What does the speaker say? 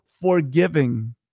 forgiving